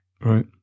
Right